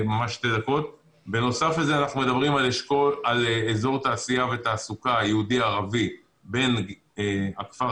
בנוסף לזה אנחנו מדברים על אזור תעשייה ותעסוקה יהודי-ערבי בין הכפר